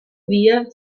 via